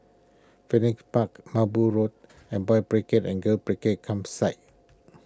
Phoenix Park Merbau Road and Boys' Brigade and Girls' Brigade Campsite